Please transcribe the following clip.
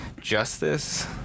Justice